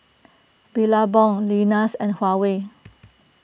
Billabong Lenas and Huawei